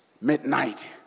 midnight